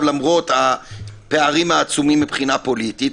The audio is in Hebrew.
למרות הפערים העצומים מבחינה פוליטית,